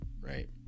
Right